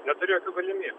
neturiu jokių galimybių